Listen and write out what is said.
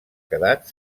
quedat